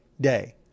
day